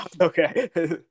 Okay